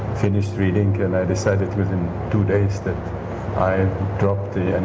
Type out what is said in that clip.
finished reading, and i decided within two days that i dropped the and